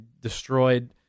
destroyed